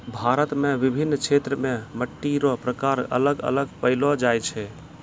भारत मे विभिन्न क्षेत्र मे मट्टी रो प्रकार अलग अलग पैलो जाय छै